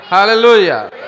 Hallelujah